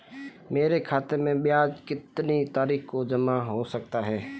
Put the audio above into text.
मेरे खाते में ब्याज कितनी तारीख को जमा हो जाता है?